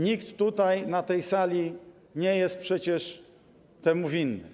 Nikt tutaj, na tej sali nie jest przecież temu winny.